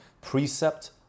precept